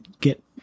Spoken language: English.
get